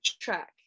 track